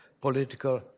political